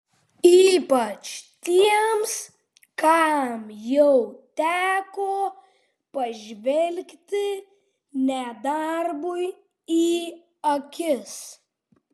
ypač tiems kam jau teko pažvelgti nedarbui į akis